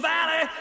Valley